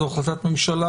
זו החלטת ממשלה,